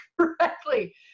correctly